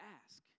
ask